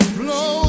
blow